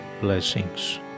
blessings